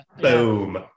Boom